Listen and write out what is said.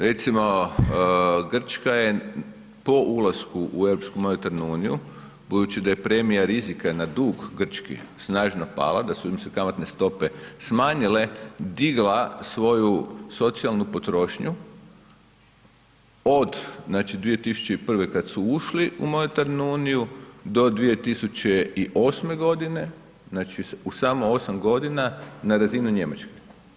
Recimo, Grčka je po ulasku u europsku monetarnu uniju budući da je premija rizika na dug Grčke snažno pala, da su im se kamatne stope smanjile, digla svoju socijalnu potrošnju od znači 2001. kada su ušli u monetarnu uniju do 2008. godine znači u samo 8 godina na razinu Njemačke.